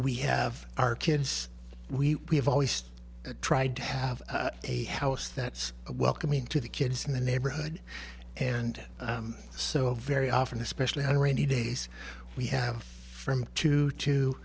we have our kids we have always tried to have a house that's a welcoming to the kids in the neighborhood and so very often especially on rainy days we have from two to